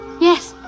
Yes